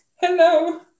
Hello